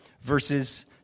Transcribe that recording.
verses